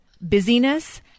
busyness